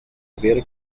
avere